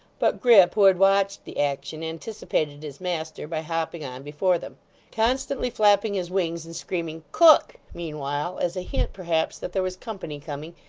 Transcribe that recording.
but grip, who had watched the action, anticipated his master, by hopping on before them constantly flapping his wings, and screaming cook! meanwhile, as a hint perhaps that there was company coming,